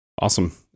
Awesome